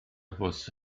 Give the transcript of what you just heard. bws